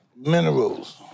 minerals